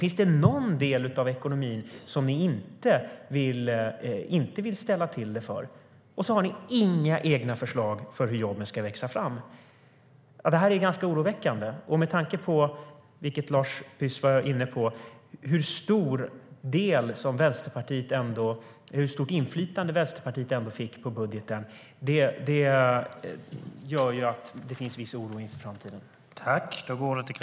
Finns det någon del av ekonomin som ni inte vill ställa till det för? Och ni har inga egna förslag om hur jobben ska växa fram.